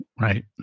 right